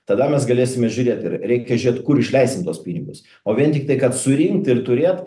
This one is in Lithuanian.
tada mes galėsime žiūrėt ir reikia žėt kur išleisim tuos pinigus o vien tiktai kad surinkt ir turėt